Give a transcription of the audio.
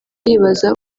yibaza